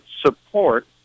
support